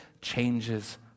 changes